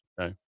Okay